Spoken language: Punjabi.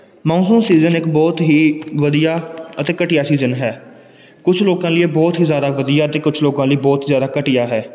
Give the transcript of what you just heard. ਮੌਨਸੂਨ ਸੀਜ਼ਨ ਇੱਕ ਬਹੁਤ ਹੀ ਵਧੀਆ ਅਤੇ ਘਟੀਆ ਸੀਜ਼ਨ ਹੈ ਕੁਝ ਲੋਕਾਂ ਲਈ ਇਹ ਬਹੁਤ ਹੀ ਜ਼ਿਆਦਾ ਵਧੀਆ ਅਤੇ ਕੁਝ ਲੋਕਾਂ ਲਈ ਬਹੁਤ ਜ਼ਿਆਦਾ ਘਟੀਆ ਹੈ